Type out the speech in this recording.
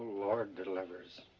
lord delivers.